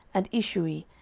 and ishui,